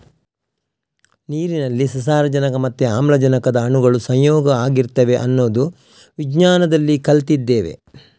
ನೀರಿನಲ್ಲಿ ಸಾರಜನಕ ಮತ್ತೆ ಆಮ್ಲಜನಕದ ಅಣುಗಳು ಸಂಯೋಗ ಆಗಿರ್ತವೆ ಅನ್ನೋದು ವಿಜ್ಞಾನದಲ್ಲಿ ಕಲ್ತಿದ್ದೇವೆ